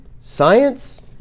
Science